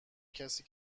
کسی